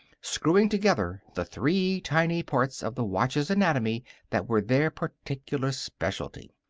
screwing together the three tiny parts of the watch's anatomy that were their particular specialty.